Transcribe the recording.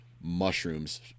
mushrooms